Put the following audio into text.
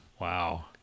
Wow